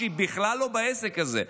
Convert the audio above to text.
שהיא בכלל לא בעסק הזה?